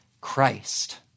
Christ